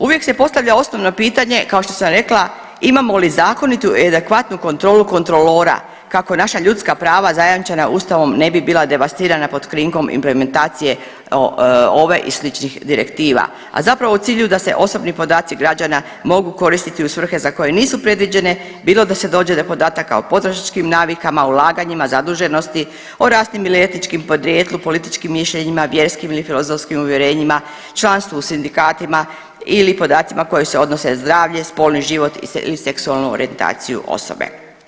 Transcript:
Uvijek se postavlja osnovno pitanje kao što sam rekla, imamo li zakonitu i adekvatnu kontrolu kontrolora kako naša ljudska prava zajamčena ustavom ne bi bila devastirana pod krinkom implementacije ove i sličnih direktiva, a zapravo u cilju da se osobni podaci građana mogu koristiti u svrhe za koje nisu predviđene bilo da se dođe do podataka o potrošačkim navikama, o ulaganjima, zaduženosti, o rasnim ili etičkom podrijetlu, političkim mišljenjima, vjerskim ili filozofskim uvjerenjima, članstvu u sindikatima ili podacima koji se odnose na zdravlje, spolni život ili seksualnu orijentaciju osobe.